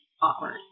awkward